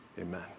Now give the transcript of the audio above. Amen